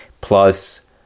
plus